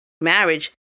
marriage